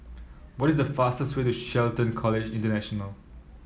what is the fastest way to Shelton College International